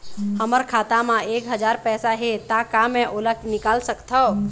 हमर खाता मा एक हजार पैसा हे ता का मैं ओला निकाल सकथव?